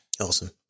Awesome